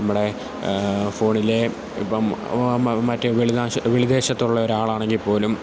നമ്മുടെ ഫോണിലെ ഇപ്പോള് മറ്റു വെളിനാശ് വെളിദേശത്തുള്ള ഒരാളാണെങ്കില്പ്പോലും